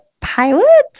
pilot